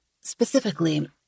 specifically